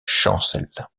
chancel